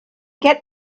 get